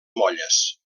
molles